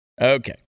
okay